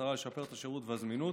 במטרה לשפר את השירות והזמינות